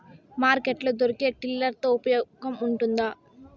Market లో దొరికే tiller తో ఉపయోగం ఉంటుందా?